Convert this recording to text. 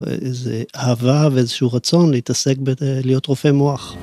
איזו אהבה ואיזשהו רצון להתעסק, להיות רופא מוח.